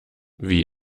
wie